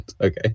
Okay